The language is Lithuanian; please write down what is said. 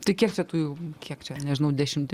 tik kiek čią tų jau kiek čia nežinau dešimti